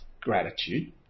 gratitude